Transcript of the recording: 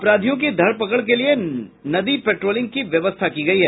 अपराधियों की धर पकड़ के लिए नदी पेट्रोलिंग की व्यवस्था की गयी है